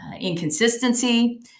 inconsistency